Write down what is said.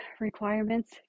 requirements